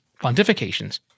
pontifications